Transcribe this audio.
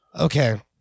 Okay